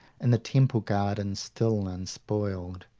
and the temple gardens still unspoiled,